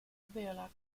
bela